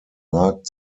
markt